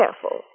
careful